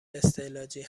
استعلاجی